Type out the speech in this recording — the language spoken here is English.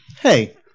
Hey